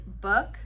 book